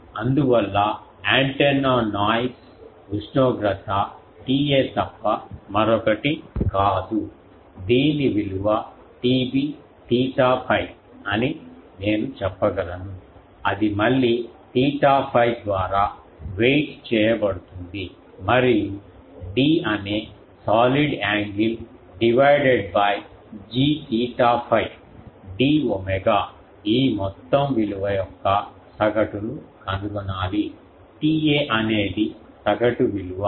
అందువల్ల antenna noise ఉష్ణోగ్రత TA తప్ప మరొకటి కాదు దీని విలువ TB తీటా 𝝓 అని నేను చెప్పగలను అది మళ్ళీ తీటా 𝝓 ద్వారా వెయిట్ చేయబడుతుంది మరియు d అనే solid angle divided by G తీటా 𝝓 d ఓమెగా ఈ మొత్తం విలువ యొక్క సగటు ను కనుగొనాలి TA అనేది సగటు విలువ